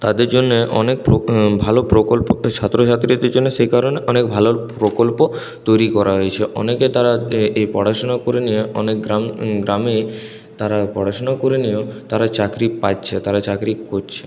তাদের জন্যে অনেক ভালো প্রকল্প ছাত্র ছাত্রীদের জন্য সে কারণে অনেক ভালো প্রকল্প তৈরি করা হয়েছে অনেকে তারা এই পড়াশুনা করে গ্রামে তারা পড়াশুনা করে নিয়েও তারা চাকরি পাচ্ছে তারা চাকরি করছে